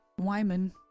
Wyman